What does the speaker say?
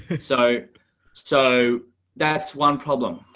so so that's one problem.